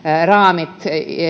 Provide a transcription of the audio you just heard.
raamit